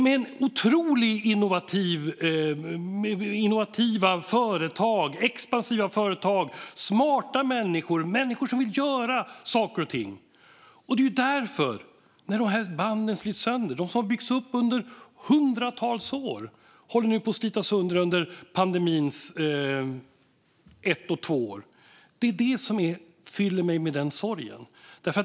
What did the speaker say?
Här finns otroligt innovativa och expansiva företag, smarta människor och människor som vill göra saker och ting. När de band som har byggts upp under hundratals år nu håller på att slitas sönder under pandemins första och andra år fylls jag av sorg.